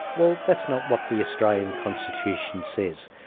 well, that's not what the australian constitution says.